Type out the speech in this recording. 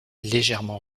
légèrement